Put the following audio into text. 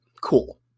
cool